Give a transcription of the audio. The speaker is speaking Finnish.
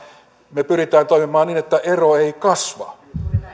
me pyrimme toimimaan niin että ero ei kasva